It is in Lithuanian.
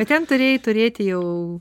bet ten turėjai turėti jau